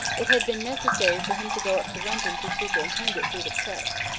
it had been necessary for him to go up to london to superintend it through the press.